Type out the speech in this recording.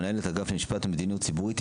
מנהלת האגף למשפט ומדיניות ציבורית,